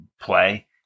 play